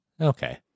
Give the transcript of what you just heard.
Okay